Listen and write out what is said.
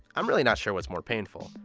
i'm really not sure what's more painful,